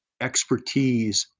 expertise